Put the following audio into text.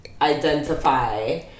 identify